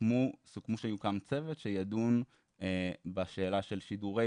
--- סיכמו שיוקם צוות שידון בשאלה של שידורי